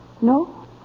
No